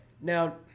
Now